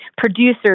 producers